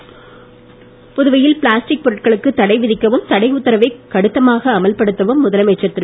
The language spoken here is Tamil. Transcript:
முருகானன்தம் புதுவையில் பிளாஸ்டிக் பொருட்களுக்கு தடை விதிக்கவும் தடை உத்தரவைக் கடுத்தமாக அமல் படுத்தவும் முதலமைச்சர் திரு